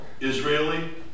Israeli